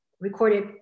recorded